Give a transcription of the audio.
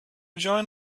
join